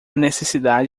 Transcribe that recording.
necessidade